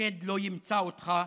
השד לא ימצא אותך".